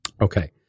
Okay